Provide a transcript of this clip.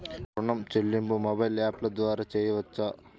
ఋణం చెల్లింపు మొబైల్ యాప్ల ద్వార చేయవచ్చా?